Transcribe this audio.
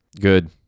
Good